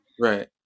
Right